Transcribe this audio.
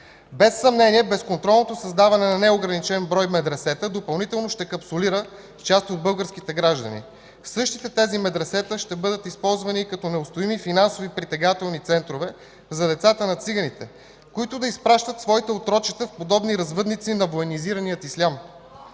Без съмнение безконтролното създаване на неограничен брой медресета допълнително ще капсулира част от българските граждани. Същите тези медресета ще бъдат използвани като неустоими финансови притегателни центрове за децата на циганите, които да изпращат своите отрочета в подобни развъдници на военизирания ислям.